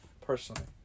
personally